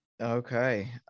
Okay